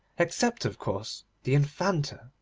except of course the infanta,